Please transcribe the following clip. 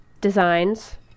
designs